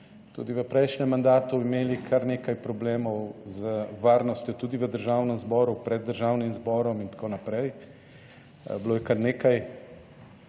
tudi v prejšnjem mandatu imeli kar nekaj problemov z varnostjo, tudi v Državnem zboru, pred Državnim zborom in tako naprej, bilo je kar nekaj